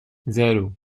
zero